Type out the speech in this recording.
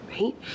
right